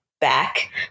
back